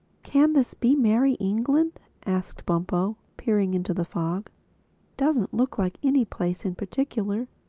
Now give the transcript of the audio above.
can this be merrie england? asked bumpo, peering into the fog doesn't look like any place in particular.